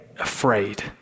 afraid